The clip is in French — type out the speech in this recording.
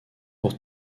pour